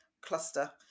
cluster